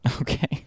Okay